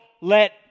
let